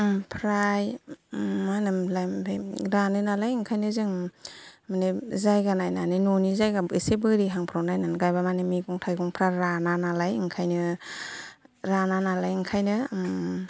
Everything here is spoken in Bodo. ओमफ्राय मा होनोमोनलाय ओमफ्राय रानो नालाय ओंखायनो जों मानि जायगा नायनानै न'नि जायगा एसे बोरि हांफ्राव नायनानै गायबा मानि मागं थाइगंफ्रा राना नालाय ओंखायनो राना नालाय ओंखायनो